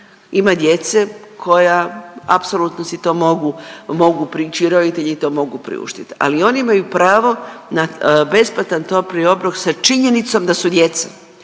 ima djece koja apsolutno si to mogu, mogu prići i roditelji im to mogu priuštiti, ali oni imaju pravo na besplatni topli obrok sa činjenicom da su djeca.